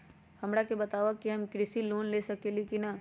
हमरा के बताव कि हम कृषि लोन ले सकेली की न?